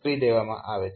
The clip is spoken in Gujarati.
કરી દેવામાં આવે છે